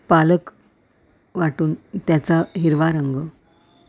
पालक वाटून त्याचा हिरवा रंग